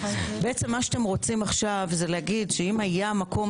בעצם מה שאתם רוצים עכשיו זה להגיד שאם היה מקום